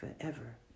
forever